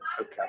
Okay